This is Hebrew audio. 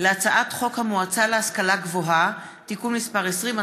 להצעת חוק המועצה להשכלה גבוהה (תיקון מס' 20),